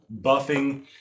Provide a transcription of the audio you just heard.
buffing